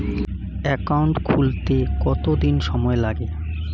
Account খুলতে কতদিন সময় লাগে?